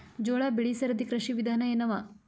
ಜೋಳ ಬೆಳಿ ಸರದಿ ಕೃಷಿ ವಿಧಾನ ಎನವ?